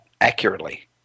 accurately